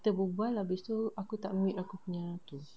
kita berbual habis tu aku tak mute aku punya itu